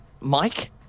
mike